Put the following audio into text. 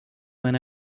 when